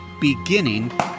beginning